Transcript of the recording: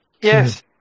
Yes